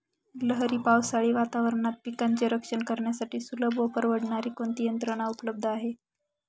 लहरी पावसाळी वातावरणात पिकांचे रक्षण करण्यासाठी सुलभ व परवडणारी कोणती यंत्रणा उपलब्ध आहे?